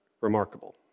remarkable